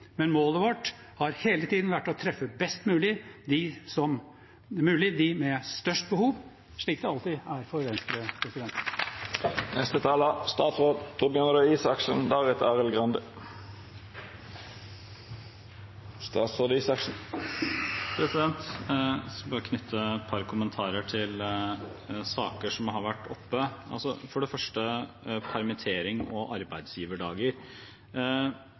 men målet vårt har hele tiden vært å treffe best mulig dem med størst behov, slik det alltid er for Venstre. Jeg skal bare knytte et par kommentarer til saker som har vært oppe, for det første permittering og arbeidsgiverdager.